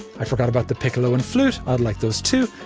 i forgot about the piccolo and flute i'd like those, too.